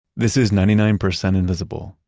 this is ninety nine percent invisible.